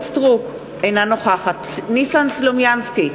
אינה נוכחת ניסן סלומינסקי,